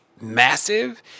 massive